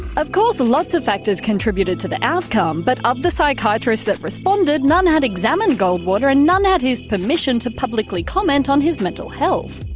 of course lots of factors contributed to the outcome, but of the psychiatrists that responded none had examined goldwater and none had his permission to publicly comment on his mental health.